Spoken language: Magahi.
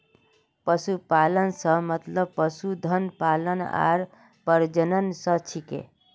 पशुपालन स मतलब पशुधन पालन आर प्रजनन स छिके